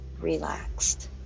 relaxed